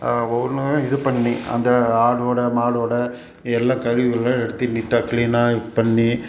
ஒவ்வொன்றுமே இது பண்ணி அந்த ஆடோடய மாடோடய எல்லா கழிவுகள்லாம் எடுத்து நீட்டாக க்ளீனாக இது பண்ணி